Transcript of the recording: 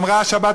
שמעתי